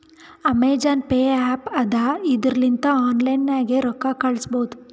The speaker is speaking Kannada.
ಅಮೆಜಾನ್ ಪೇ ಆ್ಯಪ್ ಅದಾ ಇದುರ್ ಲಿಂತ ಆನ್ಲೈನ್ ನಾಗೆ ರೊಕ್ಕಾ ಕಳುಸ್ಬೋದ